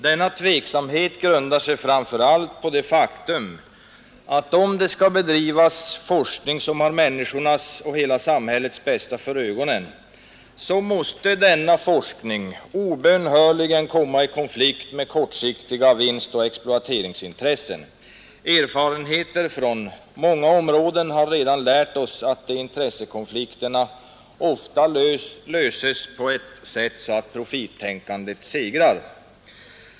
Denna tveksamhet grundar sig framför allt på det faktum att om det skall bedrivas forskning som har människornas och hela samhällets bästa för ögonen måste denna forskning obönhörligen komma i konflikt med kortsiktiga vinstoch exploateringsintressen. Erfarenheter från många olika områden har redan lärt oss att de intressekonflikterna ofta ”löses” på ett sådant sätt att profittänkandet segrar.